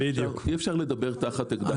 אי אפשר לדבר תחת אקדח טעון.